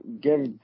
give